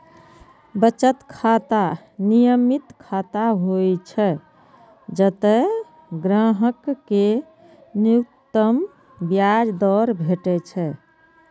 बचत खाता नियमित खाता होइ छै, जतय ग्राहक कें न्यूनतम ब्याज दर भेटै छै